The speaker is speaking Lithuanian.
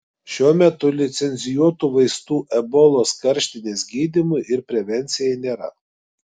šiuo metu licencijuotų vaistų ebolos karštinės gydymui ir prevencijai nėra